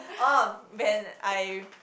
orh Ben I